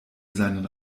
seinen